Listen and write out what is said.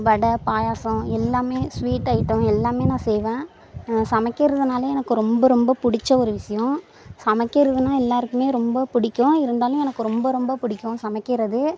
வடை பாயாசம் எல்லாமே sweet item எல்லாமே நான் செய்வேன் சமைக்கிறதுனாலே எனக்கு ரொம்ப ரொம்ப பிடிச்ச ஒரு விஷயம் சமைக்கிறதுன்னா எல்லாருக்குமே ரொம்ப பிடிக்கும் இருந்தாலும் எனக்கு ரொம்ப ரொம்ப பிடிக்கும் சமைக்கிறது